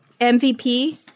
MVP